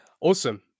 Awesome